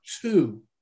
two